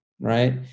right